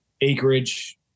acreage